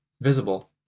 visible